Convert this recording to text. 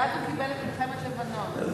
ואז הוא קיבל את מלחמת לבנון.